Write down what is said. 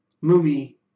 movie